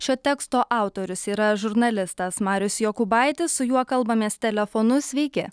šio teksto autorius yra žurnalistas marius jokūbaitis su juo kalbamės telefonu sveiki